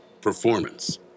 Performance